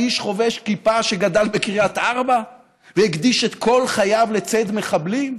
איש חובש כיפה שגדל בקריית ארבע והקדיש את כל חייו לציד מחבלים?